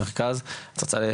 בבקשה.